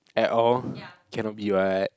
at all cannot be what